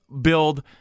build